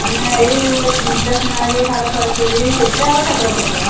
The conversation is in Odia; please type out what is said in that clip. ମାନେ ଏଇ ଷ୍ଟେସନାରୀ ହାର ଫାର ଚୁଡ଼ି ସେଇଟି ଆଉ ଠାକୁର ଫଟୋ